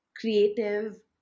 creative